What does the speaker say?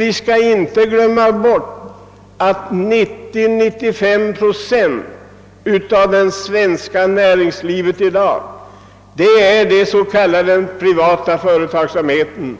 Vi skall inte glömma bort att 90 å 95 procent av det svenska näringslivet i dag utgörs av den s.k. privata företagsamheten.